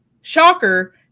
Shocker